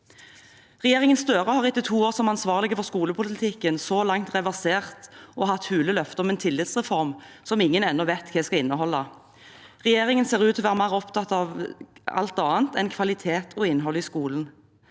Regjeringen Støre har etter to år som ansvarlige for skolepolitikken så langt reversert og hatt hule løfter om en tillitsreform som ingen ennå vet hva skal inneholde. Regjeringen ser ut til å være mer opptatt av alt annet enn kvalitet og innhold i skolen.